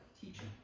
teaching